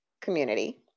community